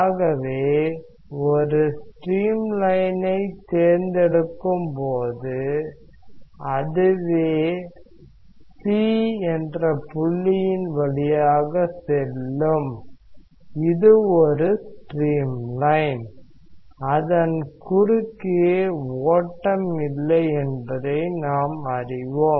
ஆகவே ஒரு ஸ்ட்ரீம் லைனை தேர்ந்தெடுக்கும்போது அதுவே C என்ற புள்ளியின் வழியாக செல்லும் இது ஒரு ஸ்ட்ரீம் லைன் அதன் குறுக்கே ஓட்டம் இல்லை என்பதை நாம் அறிவோம்